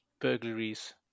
burglaries